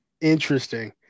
Interesting